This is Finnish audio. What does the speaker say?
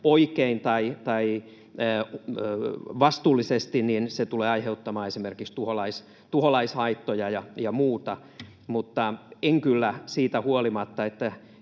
oikein tai vastuullisesti, se tulee aiheuttamaan esimerkiksi tuholaishaittoja ja muuta. En kyllä siitä huolimatta, että